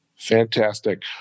Fantastic